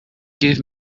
give